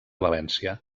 valència